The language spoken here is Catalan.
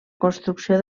construcció